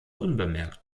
unbemerkt